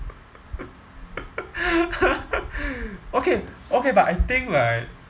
okay okay but I think right